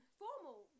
formal